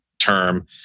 term